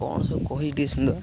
କଣ ସବୁ କହିଲି ଟିକେ ଶୁଣିଦବା